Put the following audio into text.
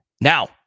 Now